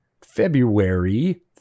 February